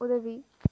உதவி